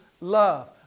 love